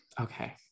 Okay